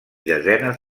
desenes